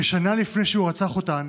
כשנה לפני שהוא רצח אותן